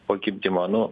po gimdymo nu